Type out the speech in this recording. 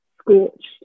scorched